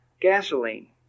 gasoline